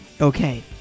Okay